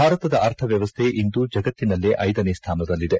ಭಾರತದ ಅರ್ಥವ್ಯವಸ್ಥೆ ಇಂದು ಜಗತ್ತಿನಲ್ಲೇ ಐದನೇ ಸ್ವಾನದಲ್ಲಿದೆ